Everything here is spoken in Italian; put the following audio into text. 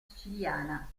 siciliana